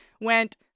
went